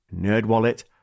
NerdWallet